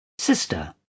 sister